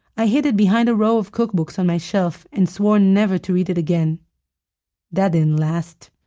i hid it behind a row of cookbooks on my shelf and swore never to read it again that didn't last.